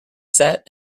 sat